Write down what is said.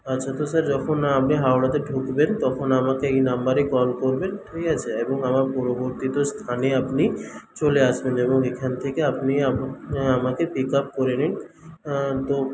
আচ্ছা তো স্যার যখন আপনি হাওড়াতে ঢুকবেন তখন আমাকে এই নম্বরে কল করবেন ঠিক আছে এবং আমার পূর্ববর্তীত স্থানে আপনি চলে আসবেন এবং এখান থেকে আপনি আমাকে পিক আপ করে নিন হ্যাঁ তো